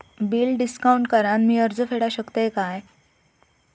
Bill discount करान मी कर्ज फेडा शकताय काय?